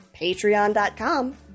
patreon.com